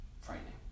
frightening